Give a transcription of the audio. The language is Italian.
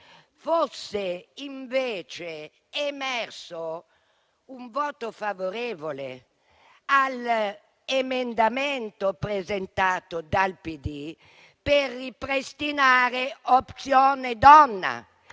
fosse invece emerso un voto favorevole all'emendamento presentato dal PD per ripristinare opzione donna,